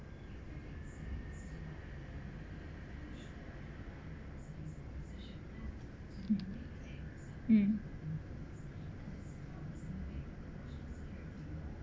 mm